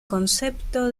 concepto